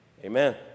Amen